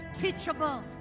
teachable